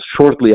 shortly